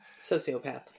sociopath